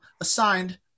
assigned